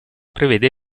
prevede